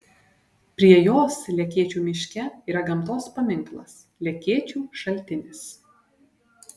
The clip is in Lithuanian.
prie jos lekėčių miške yra gamtos paminklas lekėčių šaltinis